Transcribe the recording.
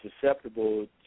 susceptible